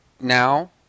now